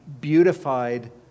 beautified